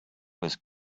was